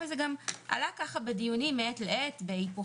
וזה גם עלה גם בדיונים מעת לעת בהיפוך